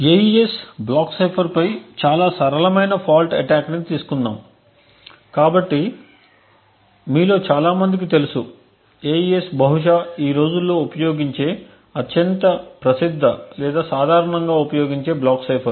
AES block cipher పై చాలా సరళమైన ఫాల్ట్ అటాక్ని తీసుకుందాము కాబట్టి మీలో చాలా మందికి తెలుసు AES బహుశా ఈ రోజుల్లో ఉపయోగించే అత్యంత ప్రసిద్ధ లేదా సాధారణంగా ఉపయోగించే బ్లాక్ సైఫర్